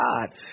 God